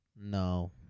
No